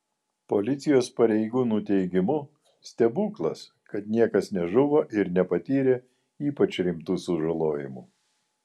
policijos pareigūnų teigimu stebuklas kad niekas nežuvo ir nepatyrė ypač rimtų sužalojimų